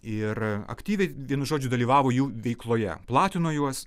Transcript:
ir aktyviai vienu žodžiu dalyvavo jų veikloje platino juos